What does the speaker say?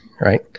right